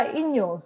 inyo